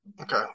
Okay